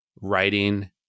writing